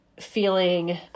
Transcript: feeling